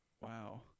Wow